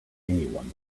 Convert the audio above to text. anyone